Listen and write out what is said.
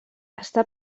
està